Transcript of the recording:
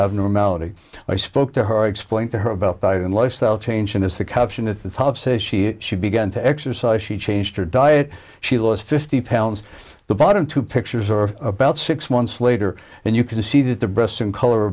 abnormality i spoke to her explain to her about diet and lifestyle change and as the caption at the top says she she began to exercise she changed her diet she lost fifty pounds the bottom two pictures are about six months later and you can see that the breasts in color